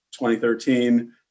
2013